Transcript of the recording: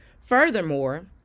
Furthermore